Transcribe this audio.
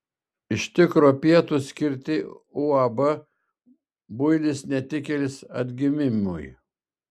iš tikro pietūs skirti uab builis netikėlis atgimimui